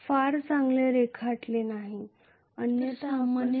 मी हे फार चांगले रेखाटलेले नाही अन्यथा आपण 60 अंश स्पष्ट पहावे